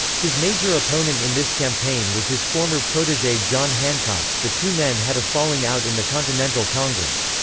his major opponent in this campaign was his former protege john hancock the two men had a falling out in the continental congress.